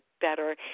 better